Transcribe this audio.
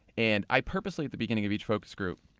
and i purposely, at the beginning of each focus group,